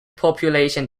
population